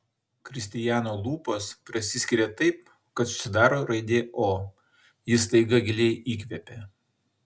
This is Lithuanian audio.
kristijano lūpos prasiskiria taip kad susidaro raidė o jis staiga giliai įkvepia